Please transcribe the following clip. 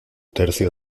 tercio